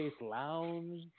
Lounge